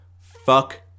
Fuck